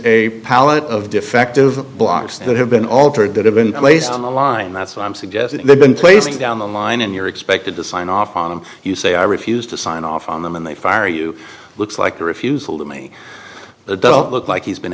pallet of defective blocks that have been altered that have been placed on the line that's what i'm suggesting they've been placing down the line and you're expected to sign off on them you say i refused to sign off on them and they fire you looks like a refusal to me doesn't look like he's been